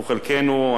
חלקנו,